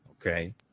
okay